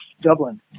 Dublin